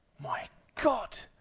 my god.